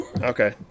Okay